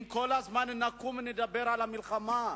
אם כל הזמן נקום ונדבר על המלחמה,